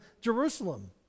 Jerusalem